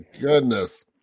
goodness